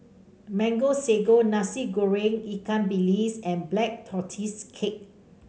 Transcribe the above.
Mango Sago Nasi Goreng Ikan Bilis and Black Tortoise Cake